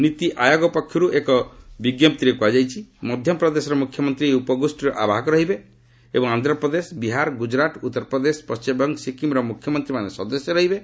ନୀତି ଆୟୋଗ ପକ୍ଷରୁ ଏକ ବିଞ୍ଜପ୍ତିରେ କୁହାଯାଇଛି ମଧ୍ୟପ୍ରଦେଶର ମୁଖ୍ୟମନ୍ତ୍ରୀ ଏହି ଉପଗୋଷ୍ଠୀର ଆବାହକ ରହିବେ ଏବଂ ଆନ୍ଧ୍ରପ୍ରଦେଶ ବିହାର ଗୁଜରାଟ୍ ଉତ୍ତର ପ୍ରଦେଶ ପଣ୍ଢିମବଙ୍ଗ ଓ ସିକ୍କିମ୍ର ମୁଖ୍ୟମନ୍ତ୍ରୀମାନେ ସଦସ୍ୟ ରହିବେ